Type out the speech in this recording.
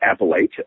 Appalachia